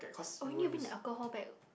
orh you need to bring the alcohol back